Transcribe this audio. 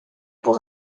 pour